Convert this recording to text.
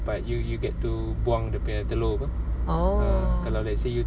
oh